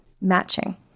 matching